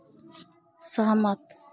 सहमत